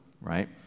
right